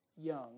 young